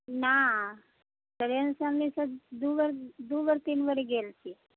नहि ट्रेनसँ हमनीसब दू बेर दू बेर तीन बेर गेल छी